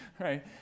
right